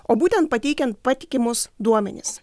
o būtent pateikiant patikimus duomenis